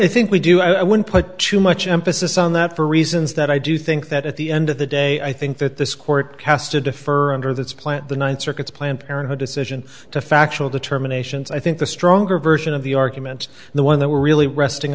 i think we do i wouldn't put too much emphasis on that for reasons that i do think that at the end of the day i think that this court has to defer under this plant the ninth circuit's planned parenthood decision to factual determination so i think the stronger version of the argument the one that we're really resting